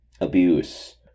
abuse